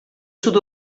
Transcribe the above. sud